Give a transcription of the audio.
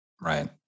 Right